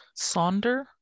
Sonder